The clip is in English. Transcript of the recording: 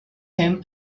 him